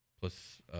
plus